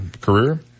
career